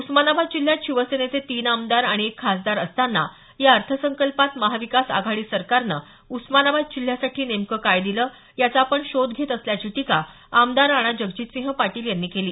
उस्मानाबाद जिल्ह्यात शिवसेनेचे तीन आमदार आणि एक खासदार असतांना या अर्थसंकल्पात महाविकास आघाडी सरकारने उस्मानाबाद जिल्ह्यासाठी नेमकं काय दिलं याचा आपण शोध घेत असल्याची टीका आमदार राणा जगजीतसिंह पाटील यांनी केली